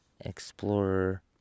explorer